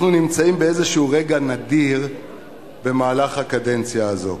אנחנו נמצאים באיזה רגע נדיר במהלך הקדנציה הזאת,